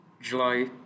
July